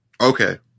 okay